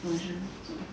version so